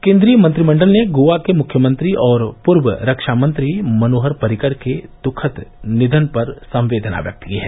केन्द्रीय मंत्रिमंडल ने गोआ के मुख्यमंत्री और पूर्व रक्षा मंत्री मनोहर पर्रिकर के दुखद निधन पर संवेदना व्यक्त की है